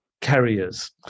carriers